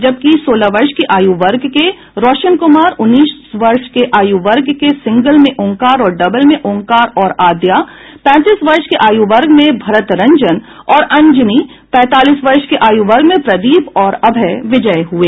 जबकि सोलह वर्ष के आयु वर्ग के रोशन कुमार उन्नीस वर्ष के आयु वर्ग के सिंगल में ओंकार और डबल में ओंकार और आदया पैंतीस वर्ष के आयु वर्ग में भरतरंजन और अंजनी पैंतालीस वर्ष के आयु वर्ग में प्रदीप और अभय विजयी हुए